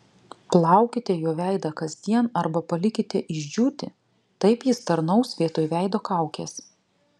plaukite juo veidą kasdien arba palikite išdžiūti taip jis tarnaus vietoj veido kaukės